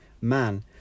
man